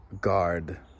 guard